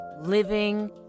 living